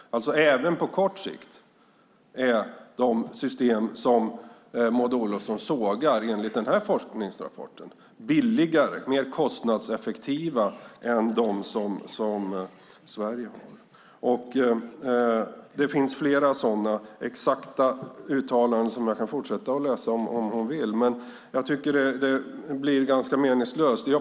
Enligt forskningsrapporten är alltså de system som Maud Olofsson sågar även på kort sikt billigare och mer kostnadseffektiva än dem som Sverige har. Det finns flera sådan exakta uttalanden som jag kan fortsätta att läsa upp om Maud Olofsson vill. Men jag tycker att det blir ganska meningslöst.